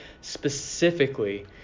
specifically